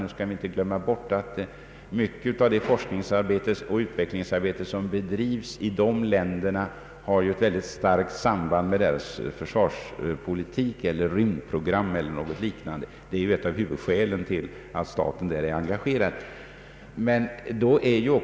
Vi skall dock inte glömma bort att mycket av det forskningsoch utvecklingsarbete som bedrivs i de länderna har ett intimt samband med deras försvarspolitik, rymdprogram o. d. Det är ett av huvudskälen till att staten där är engagerad.